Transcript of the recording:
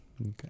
okay